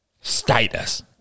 status